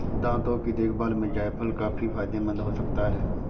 दांतों की देखभाल में जायफल काफी फायदेमंद हो सकता है